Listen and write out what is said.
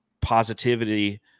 positivity